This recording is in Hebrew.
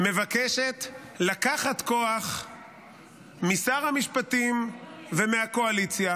מבקשת לקחת כוח משר המשפטים ומהקואליציה